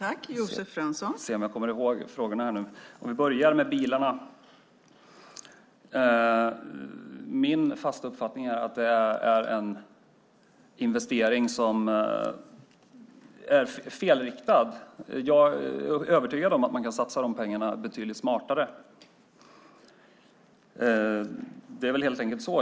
Fru talman! Jag får se om jag kommer ihåg frågorna. Vi börjar med bilarna. Min fasta uppfattning är att det är en investering som är felriktad. Jag är övertygad om att man kan satsa dessa pengar betydligt smartare. Det är väl helt enkelt så.